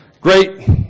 Great